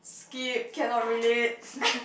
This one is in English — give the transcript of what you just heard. skip cannot relate